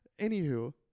Anywho